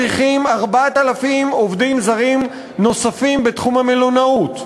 צריכים 4,000 עובדים זרים נוספים בתחום המלונאות.